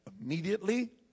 immediately